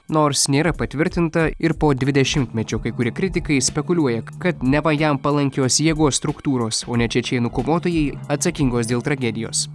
nors nėra patvirtinta ir po dvidešimtmečio kai kurie kritikai spekuliuoja kad neva jam palankios jėgos struktūros o ne čečėnų kovotojai atsakingos dėl tragedijos